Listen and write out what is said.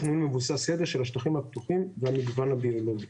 מבוסס יידע של השטחים הפתוחים והמגוון הביולוגי.